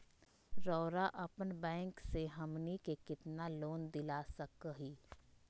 रउरा अपन बैंक से हमनी के कितना लोन दिला सकही?